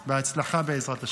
בהצלחה, בעזרת השם.